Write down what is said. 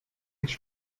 nicht